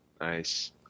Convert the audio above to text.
Nice